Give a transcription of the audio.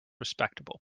respectable